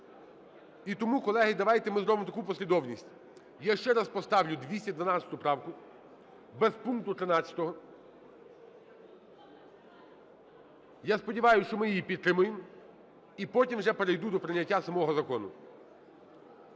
І тому, колеги, давайте ми зробимо таку послідовність. Я ще раз поставлю 212 правку без пункту 13. Я сподіваюсь, що ми її підтримаємо, і потім вже перейду до прийняття самого закону.